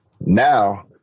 Now